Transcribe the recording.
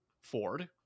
Ford